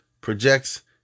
projects